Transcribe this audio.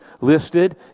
listed